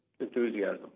enthusiasm